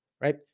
right